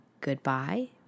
goodbye